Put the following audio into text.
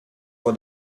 for